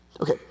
okay